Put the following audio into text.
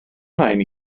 nain